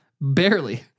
Barely